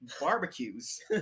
barbecues